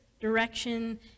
direction